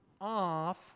off